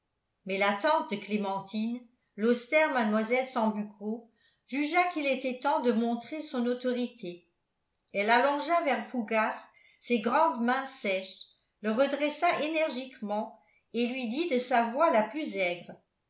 mais la tante de clémentine l'austère mlle sambucco jugea qu'il était temps de montrer son autorité elle allongea vers fougas ses grandes mains sèches le redressa énergiquement et lui dit de sa voix la plus